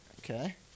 Okay